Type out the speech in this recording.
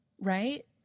right